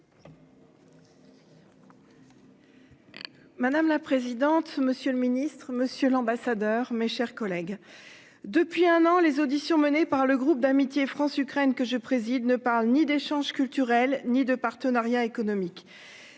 Madame la présidente. Monsieur le Ministre, Monsieur l'ambassadeur. Mes chers collègues. Depuis un an les auditions menées par le groupe d'amitié France-Ukraine que je préside ne parle ni d'échanges culturels ni de partenariat économique.